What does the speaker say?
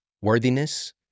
worthiness